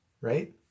right